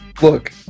Look